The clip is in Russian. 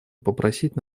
попросить